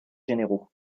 généraux